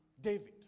David